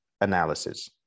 analysis